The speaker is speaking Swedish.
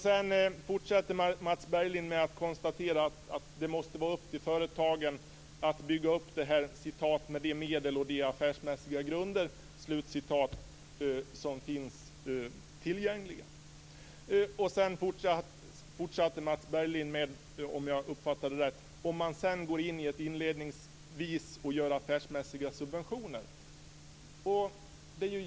Sedan konstaterar Mats Berglind att det måste vara upp till företagen att bygga upp det här "med de medel och de affärsmässiga grunder" som finns tillgängliga. Vidare talar Mats Berglind - om jag nu uppfattat det rätt - om att inledningsvis gå in och göra affärsmässiga subventioner.